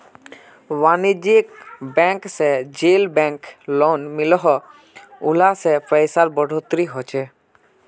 वानिज्ज्यिक बैंक से जेल बैंक लोन मिलोह उला से पैसार बढ़ोतरी होछे